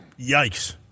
Yikes